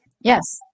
Yes